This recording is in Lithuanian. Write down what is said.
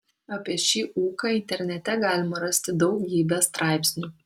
apie šį ūką internete galima rasti daugybę straipsnių